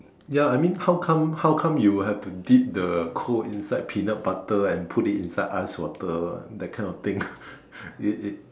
ya I mean how come how come you will have to dip the coal inside peanut butter and put it inside ice water that kind of thing it it